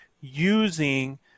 using –